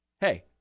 Hey